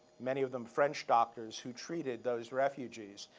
many of them french doctors, who treated those refugees.